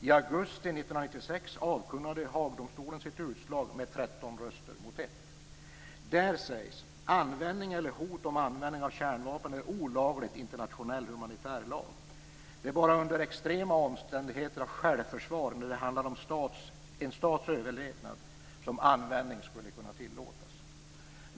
I augusti 1996 avkunnade Haagdomstolen sitt utslag med 13 röster mot 1. Där sägs: "Användning eller hot om användning av kärnvapen är olagligt enligt internationell humanitär lag." Det är bara under "extrema omständigheter av självförsvar, där det handlar om en stats överlevnad" som användning skulle kunna tillåtas.